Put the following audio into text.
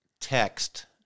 text